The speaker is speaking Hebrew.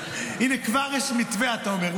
הינה, כבר יש מתווה, אתה אומר.